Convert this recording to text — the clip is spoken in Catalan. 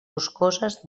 boscoses